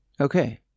Okay